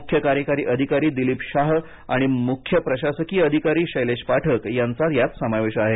मुख्य कार्यकारी अधिकारी दिलीप शाह आणि मुख्य प्रशासकीय अधिकारी शैलेश पाठक यांचा यात समावेश आहे